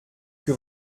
que